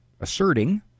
asserting